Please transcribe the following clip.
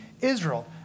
Israel